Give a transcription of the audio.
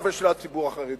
ושל הציבור החרדי.